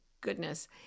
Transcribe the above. goodness